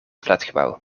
flatgebouw